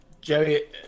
Jerry